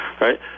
right